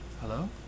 Hello